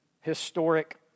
historic